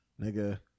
Nigga